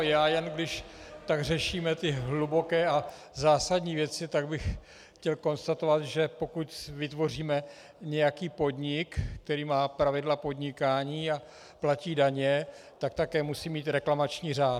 Já jen když tak řešíme hluboké a zásadní věci, tak bych chtěl konstatovat, že pokud vytvoříme nějaký podnik, který má pravidla podnikání a platí daně, tak také musí mít reklamační řád.